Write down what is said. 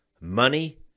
money